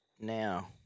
Now